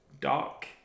dark